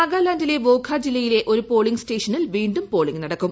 നാഗാലാന്റിലെ വോഘ ജില്ലയിലെ ഒരു പോളിംഗ് സ്റ്റേഷനിൽ വീണ്ടും പോളിംഗ് നടക്കും